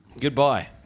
Goodbye